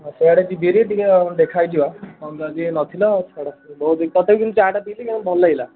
ଆଉ ସିଆଡ଼େ ଯିବିହେରି ଟିକେ ଆଉ ଦେଖା ହେଇଯିବା ତୁମେ ତ ନ ଥିଲ ଆଉ ଛାଡ଼ ତଥାବି କିନ୍ତୁ ଚାହାଟା ପିଇଲି କିନ୍ତୁ ଭଲ ଲାଗିଲା